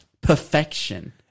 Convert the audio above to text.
Perfection